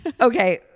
Okay